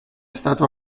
stato